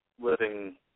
living